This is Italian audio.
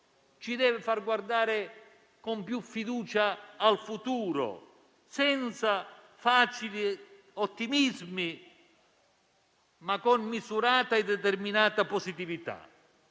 ci deve far guardare con più fiducia al futuro, senza facili ottimismi, ma con misurata e determinata positività.